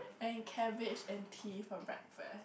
and cabbage and tea for breakfast